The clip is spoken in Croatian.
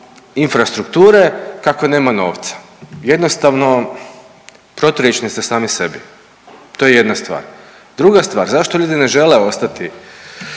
infrastrukture, kako nema novca. Jednostavno proturječni ste sami sebi. To je jedna stvar. Druga stvar, zašto ljudi ne žele ostati